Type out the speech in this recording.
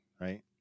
right